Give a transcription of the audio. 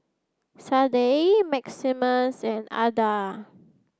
Sadye Maximus and Adda